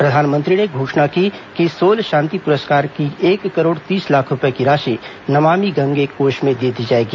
प्रधानमंत्री ने घोषणा की कि सोल शांति पुरस्कार की एक करोड़ तीस लाख रूपए की राशि नमामी गंगे कोष में दे दी जाएगी